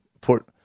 put